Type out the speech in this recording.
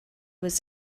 was